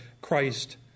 Christ